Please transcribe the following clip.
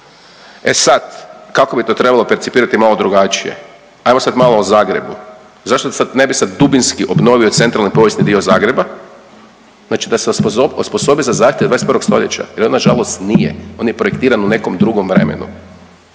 e sad kako bi to trebalo percipirati je malo drugačije, ajmo sad malo o Zagrebu. Zašto sad ne bi sad dubinski obnovili centrali povijesni dio Zagreba? Znači da se osposobi za zahtjev 21. stoljeća jer on nažalost nije, on je projektiran u nekom drugom vremenu.